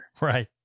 Right